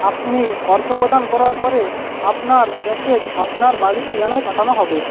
আপনি অর্থ প্রদান করার পরে আপনার প্যাকেজ আপনার বাড়ির ঠিকানায় পাঠানো হবে